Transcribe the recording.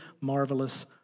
marvelous